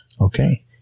Okay